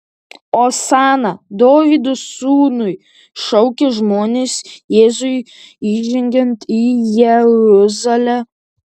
osana dovydo sūnui šaukė žmonės jėzui įžengiant į jeruzalę